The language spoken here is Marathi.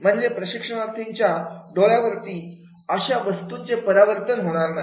म्हणजे प्रशिक्षणार्थींच्या डोळ्यावरती अशा वस्तूंचे परावर्तन येणार नाही